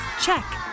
check